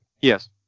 Yes